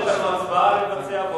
יש לנו הצבעה לבצע,